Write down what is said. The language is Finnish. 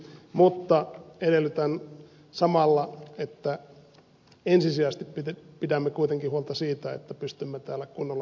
mutta edellytän samalla että ensisijaisesti pidämme kuitenkin huolta siitä että pystymme täällä kunnolla hengittämään